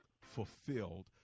Fulfilled